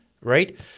right